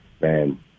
man